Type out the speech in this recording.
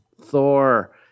Thor